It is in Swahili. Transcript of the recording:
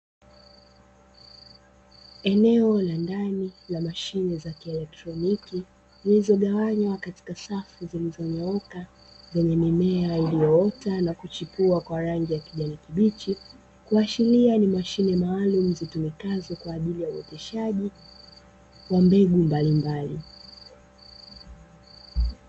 Eneo la ndani la mashine za kielektroniki zilizogawanywa katika safu zilizonyooka zenye mimea iliyoota na kuchipua kwa rangi ya kijani kibichi kuashiria ni mashine maalumu zitumikazo kwa ajili ya uoteshaji wa mbegu mbalimbali.